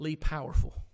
powerful